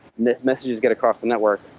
and this message is got across the network,